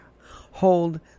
hold